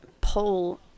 pull